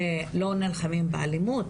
לא נלחמים באלימות,